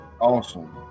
Awesome